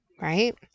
right